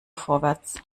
vorwärts